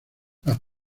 las